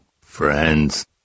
friends